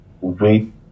wait